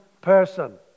person